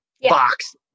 box